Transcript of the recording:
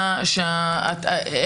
שגם אני לא מכירה פרוצדורה כזאת.